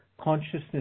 consciousness